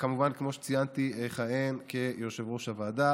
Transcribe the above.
כמו שציינתי, אני כמובן אכהן כיושב-ראש הוועדה.